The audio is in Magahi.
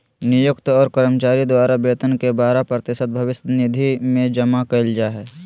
नियोक्त और कर्मचारी द्वारा वेतन के बारह प्रतिशत भविष्य निधि में जमा कइल जा हइ